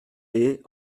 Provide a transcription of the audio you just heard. est